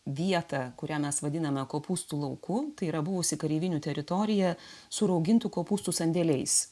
vietą kurią mes vadiname kopūstų lauku tai yra buvusi kareivinių teritorija su raugintų kopūstų sandėliais